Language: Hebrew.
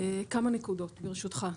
כמה נקודות, ברשותך.